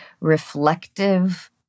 reflective